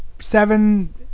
seven